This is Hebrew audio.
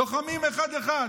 לוחמים אחד-אחד.